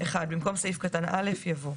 (1)במקום סעיף קטן (א) יבוא: